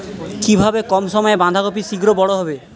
কিভাবে কম সময়ে বাঁধাকপি শিঘ্র বড় হবে?